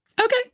Okay